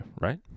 right